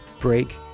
break